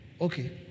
Okay